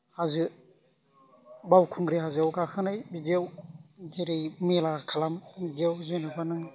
हाजो बावखुंग्रि हाजोआव गाखोनाय बिदियाव जेरै मेला खालामो बिदियाव जेनेबा नों